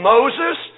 Moses